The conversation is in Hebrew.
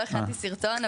לא הכנתי סרטון,